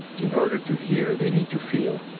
in order to hear, they need to feel.